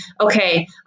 okay